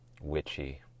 witchy